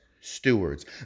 stewards